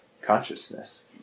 consciousness